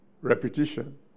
repetition